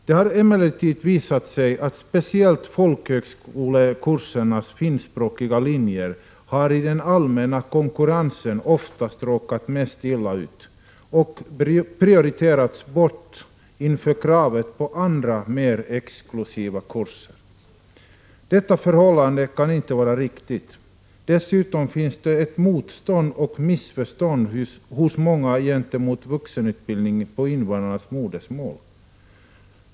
Det har emellertid visat sig att speciellt folkhögskolekursernas finskspråkiga linjer i den allmänna konkurrensen oftast har råkat mest illa ut och prioriterats bort inför kravet på andra, mer exklusiva kurser. Detta förhållande kan inte vara riktigt. Dessutom finns det ett motstånd hos många mot vuxenutbildning på invandrarnas modersmål. Många har också missförstått utbildningen.